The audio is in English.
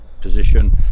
position